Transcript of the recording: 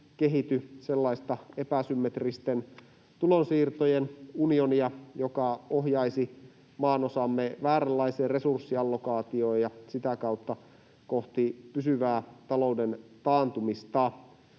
sellaista epäsymmetristen tulonsiirtojen unionia, joka ohjaisi maanosamme vääränlaiseen resurssiallokaatioon ja sitä kautta kohti pysyvää talouden taantumista.